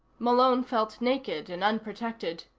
malone felt naked and unprotected.